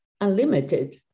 unlimited